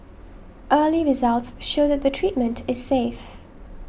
early results show that the treatment is safe